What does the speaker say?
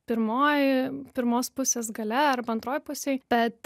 pirmoj pirmos pusės gale arba antroj pusėj bet